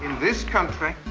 this, kind of